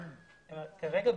כרגע,